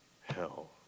hell